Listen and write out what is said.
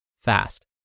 fast